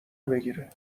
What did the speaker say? بگیره